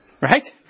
right